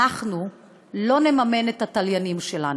אנחנו לא נממן את התליינים שלנו.